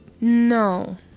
No